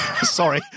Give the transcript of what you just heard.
Sorry